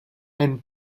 ein